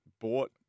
bought